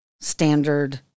standard